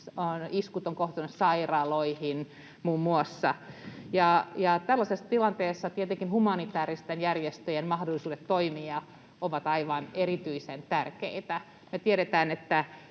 muun muassa sairaaloihin — ja tällaisessa tilanteessa tietenkin humanitääristen järjestöjen mahdollisuudet toimia ovat aivan erityisen tärkeitä. Tiedetään, että